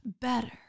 better